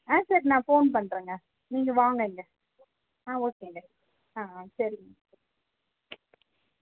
ஆ சரி நான் ஃபோன் பண்ணுறேங்க நீங்கள் வாங்க இங்கே ஆ ஓகேங்க ஆ சரிங்க